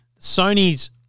Sony's